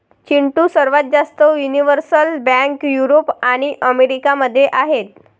चिंटू, सर्वात जास्त universal bank Europe आणि अमेरिका मध्ये आहेत